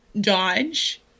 Dodge